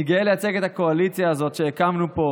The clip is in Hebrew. אני גאה לייצג את הקואליציה הזאת שהקמנו פה,